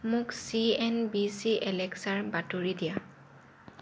মোক C N B C এলেক্সাৰ বাতৰি দিয়া